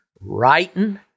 writing